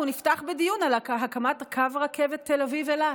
נפתח בדיון על הקמת קו הרכבת תל אביב אילת.